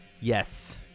Yes